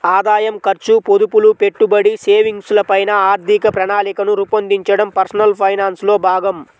ఆదాయం, ఖర్చు, పొదుపులు, పెట్టుబడి, సేవింగ్స్ ల పైన ఆర్థిక ప్రణాళికను రూపొందించడం పర్సనల్ ఫైనాన్స్ లో భాగం